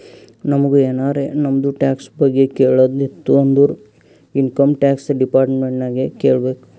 ನಮುಗ್ ಎನಾರೇ ನಮ್ದು ಟ್ಯಾಕ್ಸ್ ಬಗ್ಗೆ ಕೇಳದ್ ಇತ್ತು ಅಂದುರ್ ಇನ್ಕಮ್ ಟ್ಯಾಕ್ಸ್ ಡಿಪಾರ್ಟ್ಮೆಂಟ್ ನಾಗೆ ಕೇಳ್ಬೇಕ್